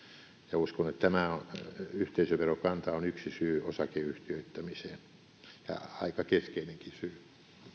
ja uskon että tämä yhteisöverokanta on yksi syy osakeyhtiöittämiseen ja aika keskeinenkin syy